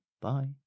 Bye